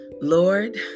Lord